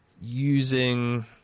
using